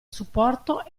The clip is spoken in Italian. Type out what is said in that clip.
supporto